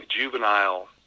juvenile